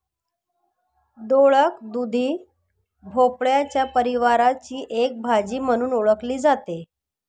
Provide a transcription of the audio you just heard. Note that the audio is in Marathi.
दोडक, दुधी भोपळ्याच्या परिवाराची एक भाजी म्हणून ओळखली जाते